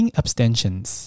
abstentions